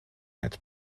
net